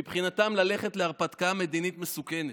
מבחינתם ללכת להרפתקה מדינית מסוכנת,